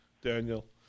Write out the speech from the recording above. Daniel